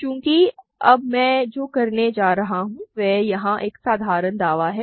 और अब चूंकि अब मैं जो करने जा रहा हूं वह यहां एक साधारण दावा है